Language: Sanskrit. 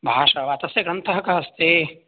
भाषा वा तस्य ग्रन्थः कः अस्ति